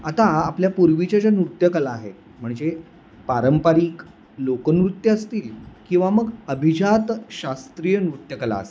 आता आपल्या पूर्वीच्या ज्या नृत्यकला आहे म्हणजे पारंपरिक लोकंनृत्यं असतील किंवा मग अभिजात शास्त्रीय नृत्यकला असेल